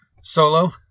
solo